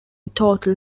total